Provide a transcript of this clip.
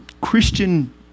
Christian